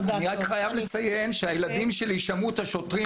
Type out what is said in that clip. אני רק חייב לציין שהילדים שלי שמעו איך השוטרים